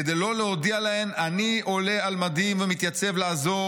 כדי לא להודיע להן 'אני עולה על מדים ומתייצב לעזור,